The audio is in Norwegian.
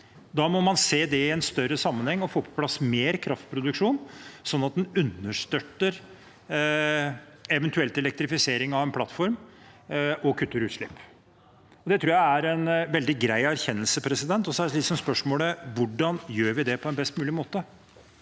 Da må man se det i en større sammenheng og få på plass mer kraftproduksjon, sånn at en understøtter en eventuell elektrifisering av en plattform og kutter utslipp. Det tror jeg er en veldig grei erkjennelse. Så er spørsmålet: Hvordan gjør vi det på en best mulig måte?